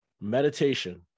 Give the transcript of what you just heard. meditation